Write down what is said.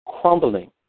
crumbling